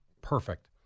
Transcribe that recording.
Perfect